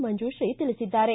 ಮಂಜುಶ್ರೀ ತಿಳಿಸಿದ್ದಾರೆ